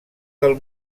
del